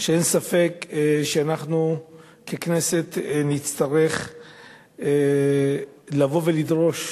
שאין ספק שאנחנו ככנסת נצטרך לבוא ולדרוש